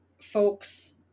folks